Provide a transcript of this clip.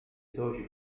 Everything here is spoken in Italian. soci